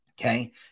okay